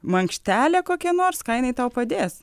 mankštelė kokia nors ką jinau tau padės